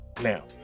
now